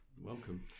Welcome